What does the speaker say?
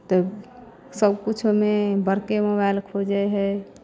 तऽ सभकिछोमे बड़के मोबाइल खोजैत हइ